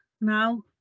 now